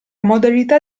modalità